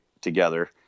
together